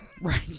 right